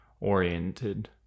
oriented